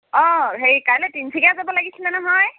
অ হেৰি কাইলৈ তিনিচুকীয়া যাব লাগিছিলে নহয়